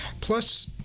Plus